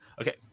okay